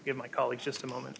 give my colleagues just a moment